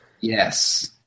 Yes